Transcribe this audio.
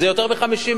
זה יותר מ-50,000.